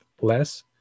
less